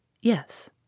Yes